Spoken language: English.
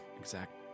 exact